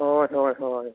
ᱦᱳᱭ ᱦᱳᱭ ᱦᱳᱭ